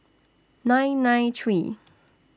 nine nine three